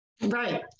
Right